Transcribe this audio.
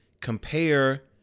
compare